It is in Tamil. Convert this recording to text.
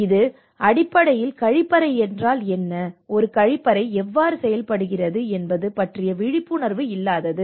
இது அடிப்படையில் கழிப்பறை என்றால் என்ன ஒரு கழிப்பறை எவ்வாறு செயல்படுகிறது என்பது பற்றிய விழிப்புணர்வு இல்லாதது